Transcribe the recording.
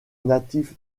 natif